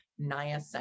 niacin